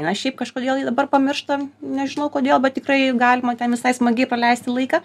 na šiaip kažkodėl jį dabar pamirštam nežinau kodėl bet tikrai galima ten visai smagiai praleisti laiką